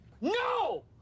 no